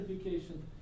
education